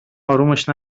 آرومش